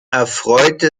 erfreute